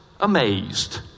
amazed